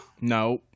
No